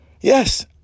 Yes